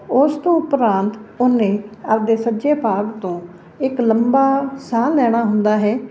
ਉਸ ਤੋਂ ਉਪਰੰਤ ਉਹਨੇ ਆਪਣੇ ਸੱਜੇ ਭਾਗ ਤੋਂ ਇੱਕ ਲੰਬਾ ਸਾਹ ਲੈਣਾ ਹੁੰਦਾ ਹੈ